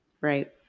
right